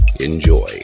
Enjoy